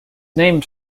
named